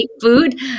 food